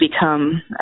become